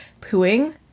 pooing